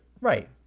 Right